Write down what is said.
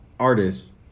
Artists